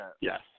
Yes